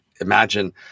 imagine